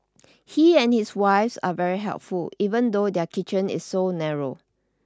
he and his wife are very helpful even though their kitchen is so narrow